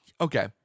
okay